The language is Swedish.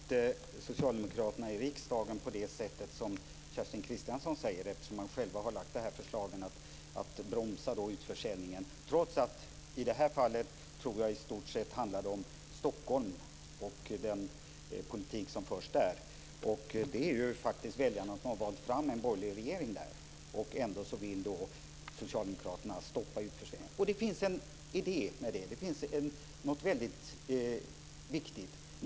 Fru talman! Nu gör inte socialdemokraterna i riksdagen på det sätt som Kerstin Kristiansson Karlstedt säger, eftersom de själva har lagt fram förslaget att bromsa utförsäljningen, trots att det i det här fallet handlar om Stockholm och den politik som förs där. Det är faktiskt väljarna som valt fram en borgerlig majoritet där. Ändå vill socialdemokraterna stoppa utförsäljningen. Det finns en idé med det, någonting väldigt viktigt.